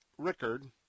Rickard